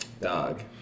dog